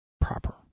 proper